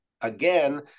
again